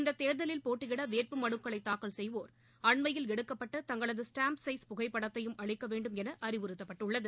இந்தத் தேர்தலில் போட்டியிட வேட்பு மனுக்களை தாக்கல் செய்வோர் அண்மையில் எடுக்கப்பட்ட தங்களது ஸ்டாம்ப் சைஸ் புகைப்படத்தையும் அளிக்க வேண்டும் என அறிவறுத்தப்பட்டுள்ளது